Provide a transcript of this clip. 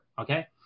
okay